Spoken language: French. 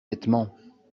vêtements